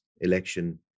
election